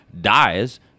dies